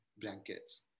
blankets